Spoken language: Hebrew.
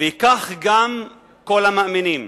וכך גם כל המאמינים.